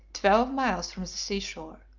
twelve miles from the sea-shore.